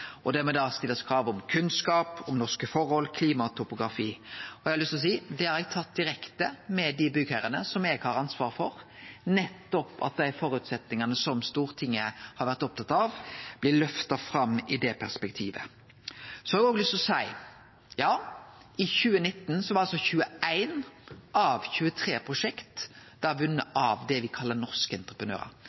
Det må da stillast krav om kunnskap om norske forhold, klima og topografi. Eg har lyst til å seie at det har eg tatt direkte med dei byggherrane som eg har ansvar for – at dei føresetnadene som Stortinget har vore opptatt av, blir løfta fram i det perspektivet. Så har eg lyst til å seie at ja, i 2019 vart altså 21 av 23 prosjekt vunne av det me kallar norske entreprenørar.